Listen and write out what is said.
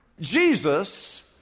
Jesus